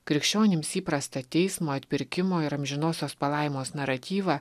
krikščionims įprasta teismo atpirkimo ir amžinosios palaimos naratyvą